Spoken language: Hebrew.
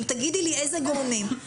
אם תגידי לי איזה גורמים,